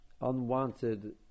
unwanted